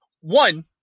One